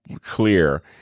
clear